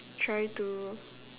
try to